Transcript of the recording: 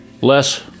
less